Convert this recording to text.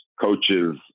coaches